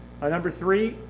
number three,